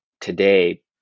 Today